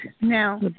Now